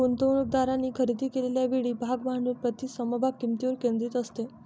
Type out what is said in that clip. गुंतवणूकदारांनी खरेदी केलेल्या वेळी भाग भांडवल प्रति समभाग किंमतीवर केंद्रित असते